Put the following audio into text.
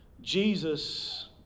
Jesus